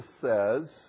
says